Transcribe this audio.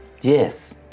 yes